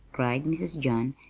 cried mrs. john.